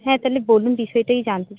হ্যাঁ তাহলে বলুন বিষয়টা কি জানতে